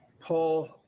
Paul